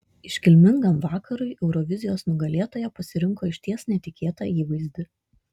iškilmingam vakarui eurovizijos nugalėtoja pasirinko išties netikėtą įvaizdį